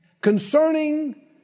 Concerning